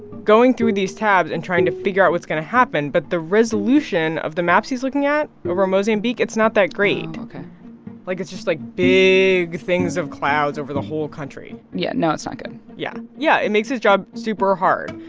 going through these tabs and trying to figure out what's going to happen. but the resolution of the maps he's looking at over mozambique, it's not that great oh, ok like, it's just, like, big things of clouds over the whole country yeah, no, it's not good yeah. yeah, it makes his job super hard.